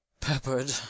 peppered